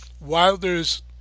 Wilder's